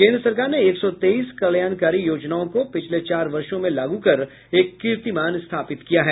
केंद्र सरकार ने एक सौ तेईस कल्याणकारी योजनाओं को पिछले चार वर्षो में लागू कर एक कीर्तिमान स्थापित किया है